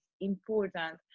important